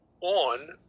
on